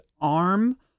arm